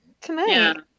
tonight